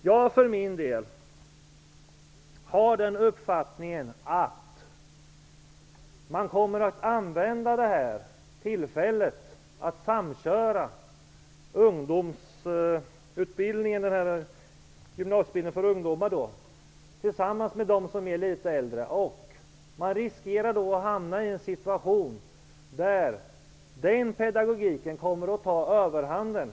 Jag har uppfattningen att man kommer att använda detta tillfälle till att samköra gymnasieutbildningen för ungdomar med utbildningen för dem som är litet äldre. Då riskerar man att hamna i en situation där pedagogiken för de yngre kommer att ta överhanden.